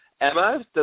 Emma